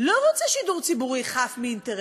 לא רוצה שידור ציבורי חף מאינטרסים.